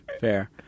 Fair